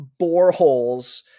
boreholes